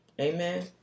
Amen